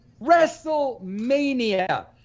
WrestleMania